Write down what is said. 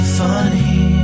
funny